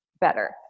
better